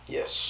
Yes